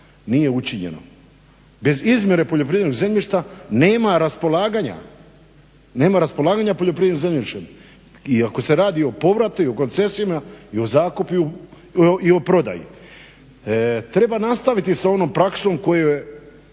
nije učinjeno. Bez izmjere poljoprivrednog zemljišta nema raspolaganja poljoprivrednim zemljištem. I ako se radi o povratu i o koncesijama i o zakupu i o prodaji. Treba nastaviti sa onom praksom koju je